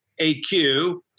AQ